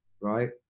right